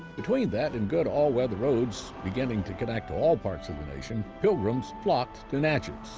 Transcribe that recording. between that and good all weather roads beginning to connect all parts of the nation, pilgrims flocked to natchez,